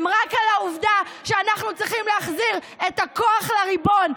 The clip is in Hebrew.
הן רק על העובדה שאנחנו צריכים להחזיר את הכוח לריבון.